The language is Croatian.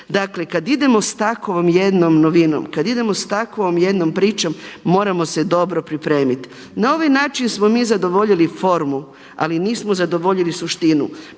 Dakle kad idemo s takvom jednom novinom, kad idemo s takvom jednom pričom moramo se dobro pripremiti. Na ovaj način smo mi zadovoljili formu ali nismo zadovoljili suštinu.